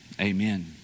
amen